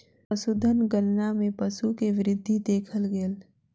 पशुधन गणना मे पशु के वृद्धि देखल गेल